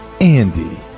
Andy